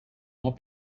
not